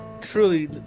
truly